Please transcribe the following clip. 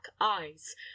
eyes